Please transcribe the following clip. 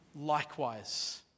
likewise